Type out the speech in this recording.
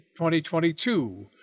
2022